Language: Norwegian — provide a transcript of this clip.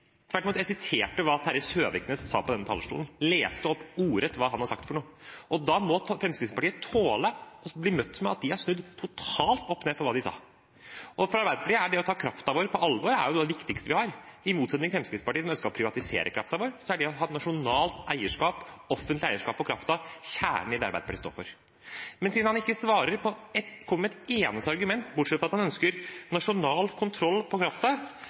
Tvert imot siterte jeg hva Terje Søviknes sa på denne talerstolen – leste opp ordrett hva han har sagt for noe. Da må Fremskrittspartiet tåle å bli møtt med at de har snudd totalt opp ned på hva de sa. For Arbeiderpartiet er det å ta kraften vår på alvor noe av det viktigste. I motsetning til Fremskrittspartiet, som ønsker å privatisere kraften vår, er det å ha nasjonalt eierskap, offentlig eierskap, over kraften kjernen i det Arbeiderpartiet står for. Men siden han ikke kommer med ett eneste argument, bortsett fra at han ønsker nasjonal kontroll på